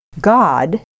God